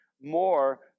more